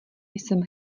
jsem